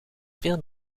veel